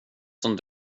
som